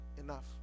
enough